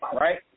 Right